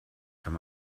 kann